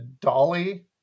Dolly